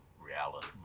reality